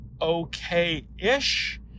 okay-ish